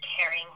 caring